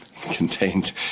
contained